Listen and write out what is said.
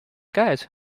käes